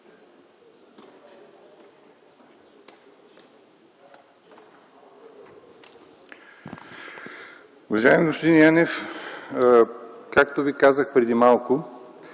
Уважаеми господин Янев, както Ви казах преди малко,